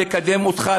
לקדם אותך,